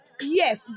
yes